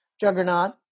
Juggernaut